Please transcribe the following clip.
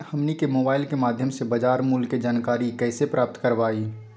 हमनी के मोबाइल के माध्यम से बाजार मूल्य के जानकारी कैसे प्राप्त करवाई?